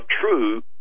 true